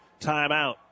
timeout